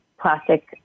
plastic